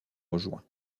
rejoint